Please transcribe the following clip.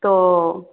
तो